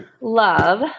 love